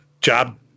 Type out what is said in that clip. job